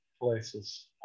places